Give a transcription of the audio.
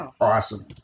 awesome